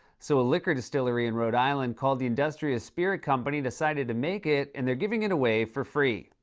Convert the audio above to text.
so a liquor distillery in rhode island called the industrious spirit company decided to make it and they're giving it away for free.